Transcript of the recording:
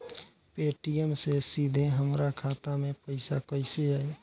Paytm से सीधे हमरा खाता मे पईसा कइसे आई?